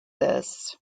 this